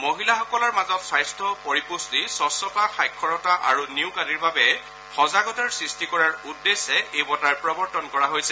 মহিলাসকলৰ মাজত স্বাস্থ পৰিপুট্টি স্বছ্তা সাক্ষৰতা আৰু নিয়োগ আদিৰ বাবে সজাগতাৰ সৃষ্টি কৰাৰ উদ্দেশ্যে এই বঁটাৰ প্ৰৱৰ্তন কৰা হৈছে